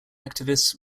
activists